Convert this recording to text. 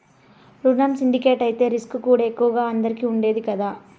రునం సిండికేట్ అయితే రిస్కుకూడా ఎక్కువగా అందరికీ ఉండాది కదా